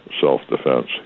self-defense